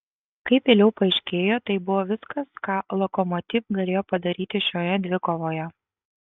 kaip vėliau paaiškėjo tai buvo viskas ką lokomotiv galėjo padaryti šioje dvikovoje